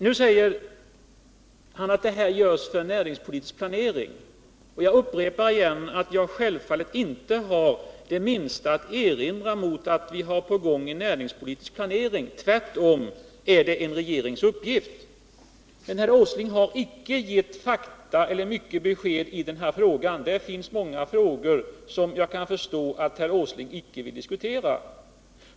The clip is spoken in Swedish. Arbetet görs för näringspolitisk planering, säger herr Åsling, och jag upprepar att jag självfallet inte har det minsta att erinra mot att det görs en sådan planering. Tvärtom är det en regerings uppgift att syssla med Herr Åsling har inte givit mycket besked i den här debatten, och jag förstår att det finns många frågor i sammanhanget som han inte vill diskutera.